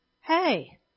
Hey